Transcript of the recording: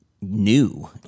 new